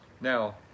now